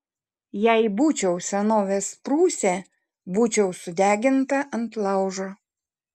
jei būčiau senovės prūsė būčiau sudeginta ant laužo